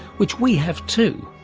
which we have too,